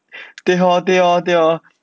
对咯对咯对咯